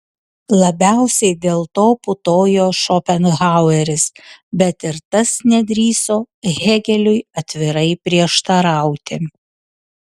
labiausiai dėl to putojo šopenhaueris bet ir tas nedrįso hėgeliui atvirai prieštarauti